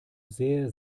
sehr